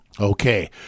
Okay